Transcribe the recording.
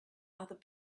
other